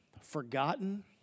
forgotten